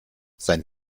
sein